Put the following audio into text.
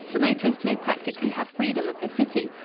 the motorist may practically have freedom of the city.